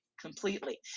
Completely